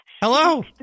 Hello